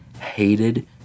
hated